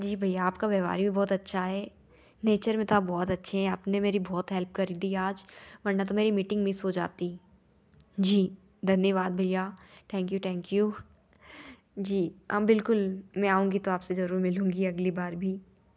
जी भैया आपका व्यवहार भी बहुत अच्छा है नेचर में तो आप बहुत अच्छे हैं आपने मेरी बहुत हेल्प कर दी आज वरना तो मेरी मीटिंग मिस हो जाती जी धन्यवाद भैया थैंक यू टैंक यू जी हाँ बिल्कुल मैं आऊँगी तो आपसे जरूर मिलूँगी अगली बार भी